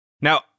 Now